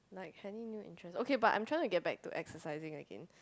like any new interest okay but I'm trying to get back to exercising again